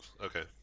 Okay